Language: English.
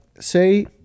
say